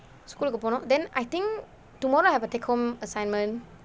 school க்கு போனும்:kku ponum then I think tomorrow I have a take home assignment